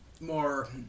more